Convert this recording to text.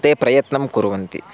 ते प्रयन्तं कुर्वन्ति